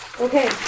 Okay